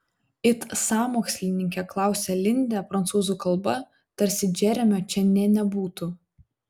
it sąmokslininkė klausia lindė prancūzų kalba tarsi džeremio čia nė nebūtų